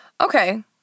Okay